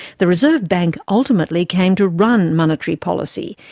the reserve bank ultimately came to run monetary policy,